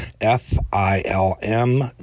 f-i-l-m